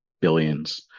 billions